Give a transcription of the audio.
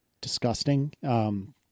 disgusting